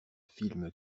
film